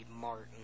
Martin